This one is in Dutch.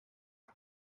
het